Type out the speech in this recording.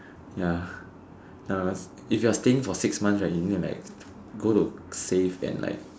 ya ah if you're staying for six months right you need to like go to safe and like